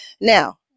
now